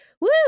woo